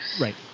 Right